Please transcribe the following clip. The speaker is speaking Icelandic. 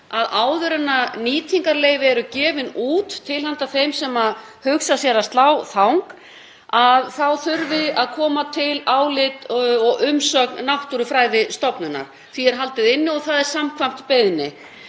að áður en nýtingarleyfi eru gefin út til handa þeim sem hugsa sér að slá þang þurfi að koma til álit og umsögn Náttúrufræðistofnunar. Því er haldið inni og það er samkvæmt beiðni.